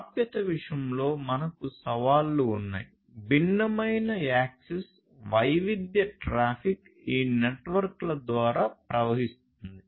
ప్రాప్యత విషయంలో మనకు సవాళ్లు ఉన్నాయి భిన్నమైన యాక్సెస్ వైవిధ్య ట్రాఫిక్ ఈ నెట్వర్క్ల ద్వారా ప్రవహిస్తుంది